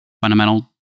fundamental